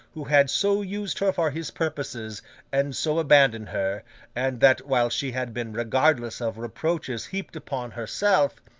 who had so used her for his purposes and so abandoned her and, that while she had been regardless of reproaches heaped upon herself,